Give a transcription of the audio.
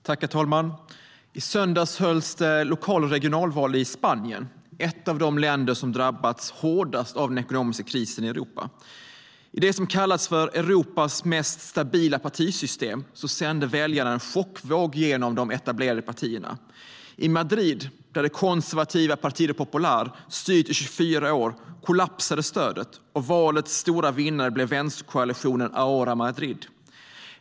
Herr talman! I söndags hölls lokal och regionval i Spanien - ett av de länder som drabbats hårdast av den ekonomiska krisen i Europa. I det som har kallats för Europas mest stabila partisystem sände väljarna en chockvåg genom de etablerade partierna. I Madrid har det konservativa Partido Popular styrt i 24 år. Nu kollapsade stödet, och valets stora vinnare blev vänsterkoalitionen Ahora Madrid.